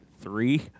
three